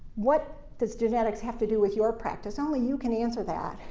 what does genetics have to do with your practice? only you can answer that.